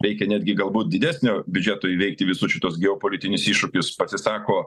reikia netgi galbūt didesnio biudžeto įveikti visus šituos geopolitinius iššūkius pasisako